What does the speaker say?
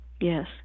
Yes